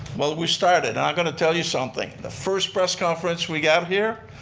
well we started and i'm going to tell you something. the first press conference we got here,